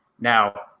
Now